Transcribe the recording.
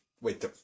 Wait